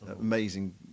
amazing